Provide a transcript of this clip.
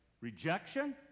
rejection